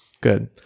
Good